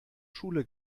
schule